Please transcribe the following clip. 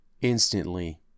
instantly